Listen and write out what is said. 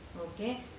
Okay